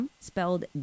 spelled